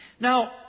Now